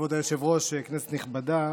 כבוד היושב-ראש, כנסת נכבדה,